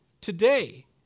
today